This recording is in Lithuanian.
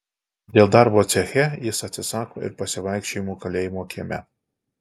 dėl darbo ceche jis atsisako ir pasivaikščiojimų kalėjimo kieme